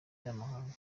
z’amahanga